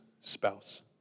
spouse